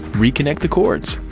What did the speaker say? reconnect the cords.